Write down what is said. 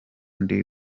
ndi